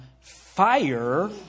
fire